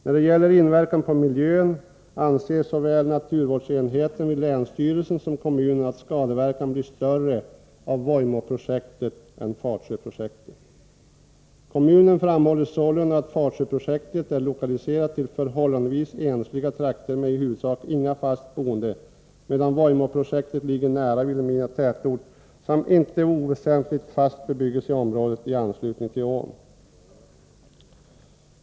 När det gäller inverkan på miljön anser såväl naturvårdsenheten vid länsstyrelsen som kommunen att skadeverkan blir större av Vojmåprojektet än Fatsjöprojektet. Kommunen framhåller sålunda att Fatsjöprojektet är lokaliserat till förhållandevis ensliga trakter med i huvudsak inga fast boende, medan Vojmåprojektet ligger nära Vilhelmina tätort samt icke oväsentlig fast bebyggelse i området i anslutning till ån.